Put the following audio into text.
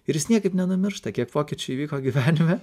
ir jis niekaip nenumiršta kiek pokyčių įvyko gyvenime